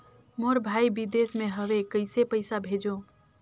मोर भाई विदेश मे हवे कइसे पईसा भेजो?